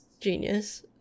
genius